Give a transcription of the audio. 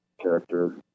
character